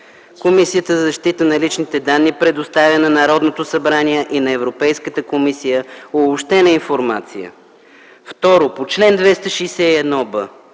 Комисията за защита на личните данни предоставя на Народното събрание и на Европейската комисия обобщена информация. Второ, по чл. 261б